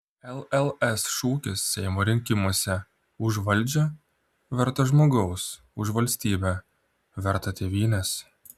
lls šūkis seimo rinkimuose už valdžią vertą žmogaus už valstybę vertą tėvynės